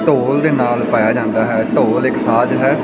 ਢੋਲ ਦੇ ਨਾਲ ਪਾਇਆ ਜਾਂਦਾ ਹੈ ਢੋਲ ਇੱਕ ਸਾਜ ਹੈ